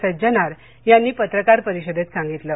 सज्जनार यांनी पत्रकार परिषदेत सांगितलं आहे